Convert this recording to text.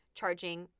charging